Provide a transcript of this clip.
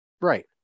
Right